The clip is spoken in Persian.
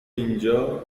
اینجا